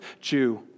Jew